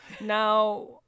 Now